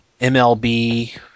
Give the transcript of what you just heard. MLB